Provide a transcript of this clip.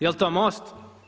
Jel' to MOST?